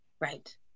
Right